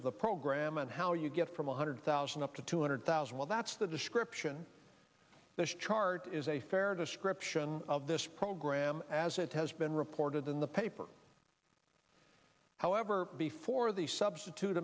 of the program and how you get from one hundred thousand up to two hundred thousand well that's the description this chart that is a fair description of this program as it has been reported in the paper however before the substitute